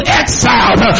exiled